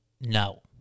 No